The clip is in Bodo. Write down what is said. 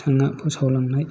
बिथाङा फोसावलांनाय